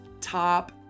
top